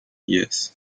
yes